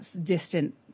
distant